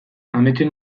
ametsen